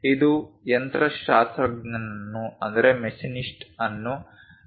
ಇದು ಯಂತ್ರಶಾಸ್ತ್ರಜ್ಞನನ್ನು ಅನಗತ್ಯವಾಗಿ ಗೊಂದಲಗೊಳಿಸುತ್ತದೆ